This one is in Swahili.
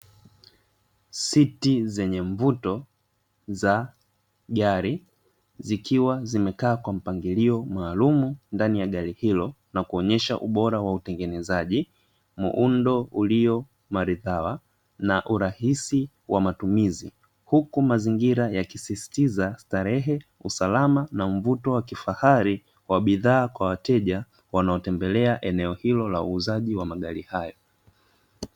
Siti zenye mvuto za gari, zikiwa zimekaa kwa mpangilio maalum ndani ya gari hilo na kuonyesha ubora wa utengenezaji, muundo ulio maridhawa na urahisi wa matumizi. Huku mazingira ya kisisitiza starehe, usalama na mvuto wa kifahari wa bidhaa kwa wateja wanaotembelea eneo hilo la uuzaji wa magari hayo.